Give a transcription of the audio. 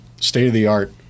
state-of-the-art